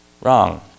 wrong